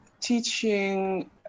teaching